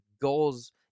goals